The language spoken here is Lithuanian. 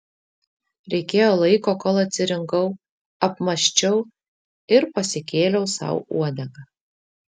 reikėjo laiko kol atsirinkau apmąsčiau ir pasikėliau sau uodegą